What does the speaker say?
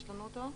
יש לנו אותו?